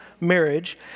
marriage